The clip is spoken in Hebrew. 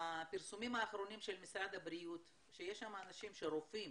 הפרסומים האחרונים של משרד הבריאות, שיש שם רופאים